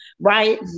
Right